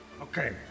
Okay